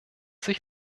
sich